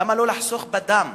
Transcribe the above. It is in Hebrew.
למה לא לחסוך בדם?